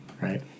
right